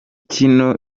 kino